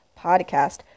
podcast